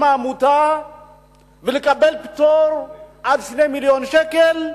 עמותה ולקבל פטור עד 2 מיליוני שקל,